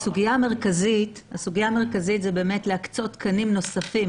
הסוגיה המרכזית היא באמת להקצות תקנים נוספים,